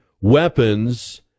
weapons